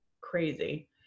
crazy